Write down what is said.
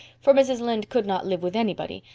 for mrs. lynde could not live with anybody,